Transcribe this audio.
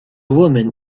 woman